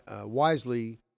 wisely